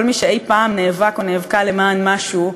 כל מי שאי-פעם נאבק או נאבקה למען משהו,